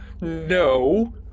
No